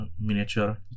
miniature